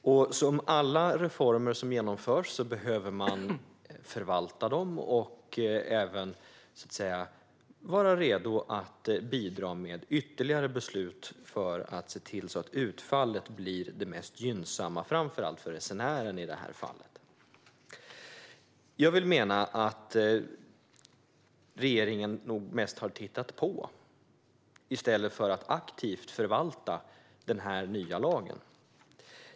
Som med alla reformer som genomförs behöver man förvalta dem och även vara redo att bidra med ytterligare beslut för att se till att utfallet blir det mest gynnsamma, i det här fallet framför allt för resenären. Jag vill mena att regeringen nog mest har tittat på i stället för att aktivt förvalta den här nya lagen.